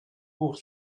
pour